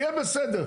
יהיה בסדר.